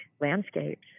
landscapes